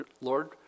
Lord